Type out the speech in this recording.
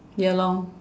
ya lor